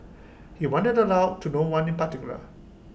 he wondered aloud to no one in particular